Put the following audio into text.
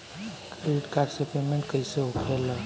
Credit card से payment कईसे होखेला?